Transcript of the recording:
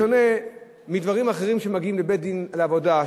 בשונה מדברים אחרים שמגיעים לבית-דין לעבודה,